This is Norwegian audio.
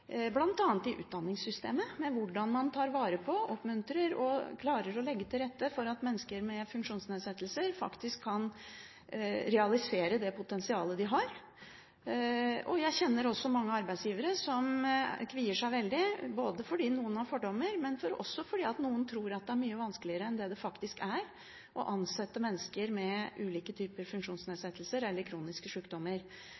hvordan man tar vare på, oppmuntrer og klarer å legge til rette for at mennesker med funksjonsnedsettelser faktisk kan realisere det potensialet de har. Jeg kjenner også mange arbeidsgivere som kvier seg veldig, både fordi noen har fordommer, og fordi noen tror at det er mye vanskeligere enn det det faktisk er å ansette mennesker med ulike typer